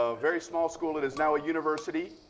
ah very small school. it is now a university.